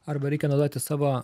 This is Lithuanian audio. arba reikia naudoti savo